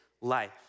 life